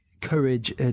courage